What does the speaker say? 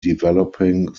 developing